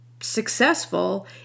successful